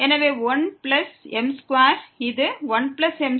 எனவே 1 plus m2 இது 1m2m